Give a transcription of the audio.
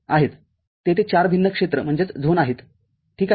तेथे ४ भिन्न क्षेत्रआहेत ठीक आहे